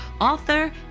author